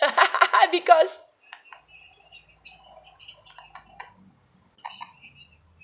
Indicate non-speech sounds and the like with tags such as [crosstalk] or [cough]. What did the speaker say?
[laughs] because [laughs]